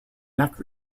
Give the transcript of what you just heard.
neck